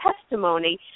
testimony